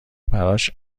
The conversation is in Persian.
براش